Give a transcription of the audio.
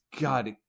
God